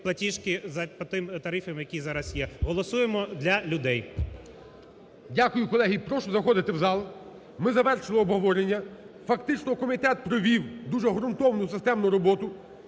платіжки за тими тарифами, які зараз є. Голосуємо для людей. 17:03:54 ГОЛОВУЮЧИЙ. Дякую, колеги. Прошу заходити в зал. Ми завершили обговорення. Фактично, комітет провів дуже ґрунтовну, системну роботу.